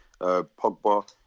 Pogba